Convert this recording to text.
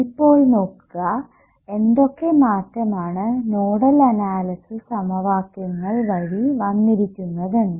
ഇപ്പോൾ നോക്കുക എന്തൊക്കെ മാറ്റമാണ് നോഡൽ അനാലിസിസ് സമവാക്യങ്ങൾ വഴി വന്നിരിക്കുന്നതെന്ന്